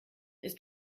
ist